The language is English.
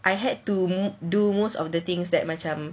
I had to do most of the things that macam